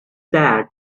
that